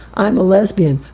i'm a lesbian,